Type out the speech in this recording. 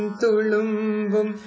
tulumbum